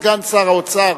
סגן שר האוצר,